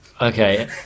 Okay